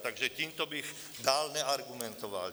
Takže tímto bych dál neargumentoval.